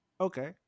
Okay